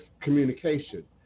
communication